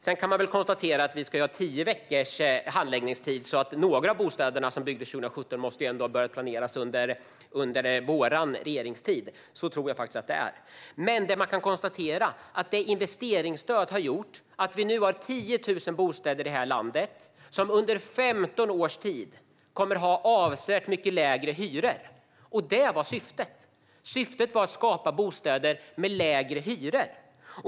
Sedan kan man konstatera att vi ju ska ha tio veckors handläggningstid, så några av de bostäder som byggdes 2017 måste ändå ha börjat planeras under vår regeringstid. Så tror jag faktiskt att det är. Det man kan konstatera är att investeringsstödet har gjort att vi nu har 10 000 bostäder i det här landet som under 15 års tid kommer att ha avsevärt mycket lägre hyror, vilket var syftet. Syftet var att skapa bostäder med lägre hyror.